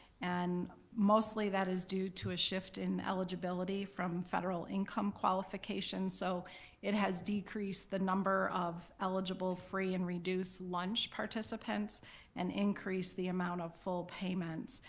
and mostly that is due to a shift in eligibility from federal income qualification. so it has decreased the number of eligible free and reduced lunch participants and increased the amount of full payments.